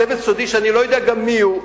צוות סודי שאני לא יודע מי הוא,